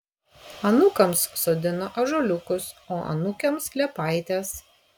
anūkams sodina ąžuoliukus o anūkėms liepaites